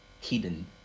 hidden